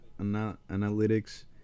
analytics